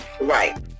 Right